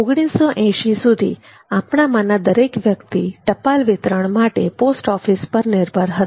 ૧૯૮૦ સુધી આપણામાંના દરેક વ્યક્તિ ટપાલ વિતરણ માટે પોસ્ટ ઓફિસ પર નિર્ભર હતા